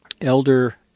Elder